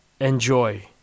enjoy